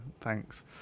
thanks